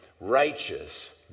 righteous